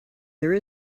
there